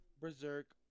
Berserk